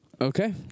Okay